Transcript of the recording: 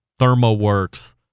thermoworks